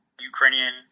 Ukrainian